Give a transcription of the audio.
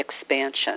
Expansion